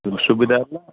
ସୁବିଧା ହେଲା